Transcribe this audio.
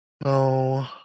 No